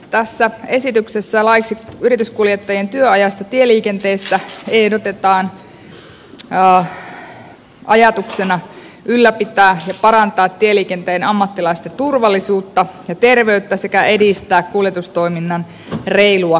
tässä esityksessä laiksi yrityskuljettajien työajasta tieliikenteessä ehdotetaan ajatuksena ylläpitää ja parantaa tieliikenteen ammattilaisten turvallisuutta ja terveyttä sekä edistää kuljetustoiminnan reilua kilpailua